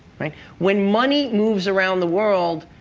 when money moves around the world,